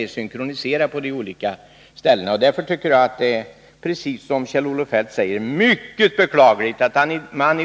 Det finns åtskilliga exempel på hur företag hamnat i direkta krissituationer som en följd av devalveringen.